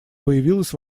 появилась